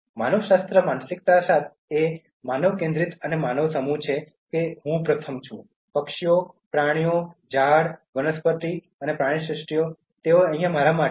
માનવશાસ્ત્ર માનસિકતા એ માનવ કેન્દ્રિત માનસ સમૂહ છે કે હું પેહલો પક્ષીઓ અને પ્રાણીઓ અને બધાં ઝાડ વનસ્પતિ અને પ્રાણીસૃષ્ટિ તેઓ મારા માટે અહીં છે